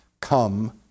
come